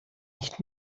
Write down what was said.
nicht